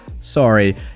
Sorry